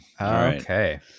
Okay